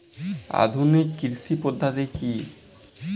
আধুনিক কৃষি পদ্ধতি কী?